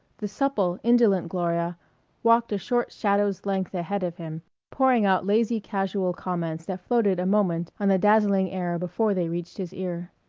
the supple, indolent gloria walked a short shadow's length ahead of him, pouring out lazy casual comments that floated a moment on the dazzling air before they reached his ear.